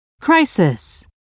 Crisis